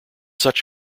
such